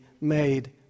made